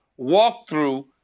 walkthrough